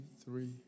three